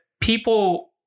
people